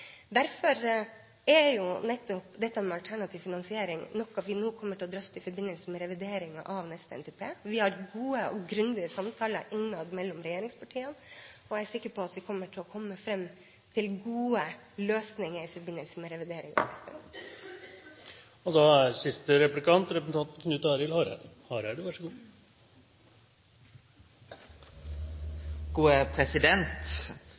Derfor er jo nettopp dette med alternativ finansiering noe vi nå kommer til å drøfte i forbindelse med revideringen av neste NTP. Vi har gode og grundige samtaler innad mellom regjeringspartiene, og jeg er sikker på at vi kommer til å komme fram til gode løsninger i forbindelse med revideringen av NTP. Eg har lyst til å påpeike for representanten